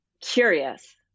Curious